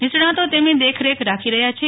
નિષ્ણાતો તેમની દેખરેખ રાખી રહ્યા છે